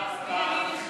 "אומרים שאני אינני אני,